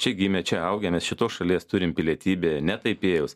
čia gimę čia augę mes šitos šalies turim pilietybę ne taipėjaus